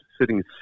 sitting